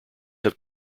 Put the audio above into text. have